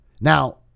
Now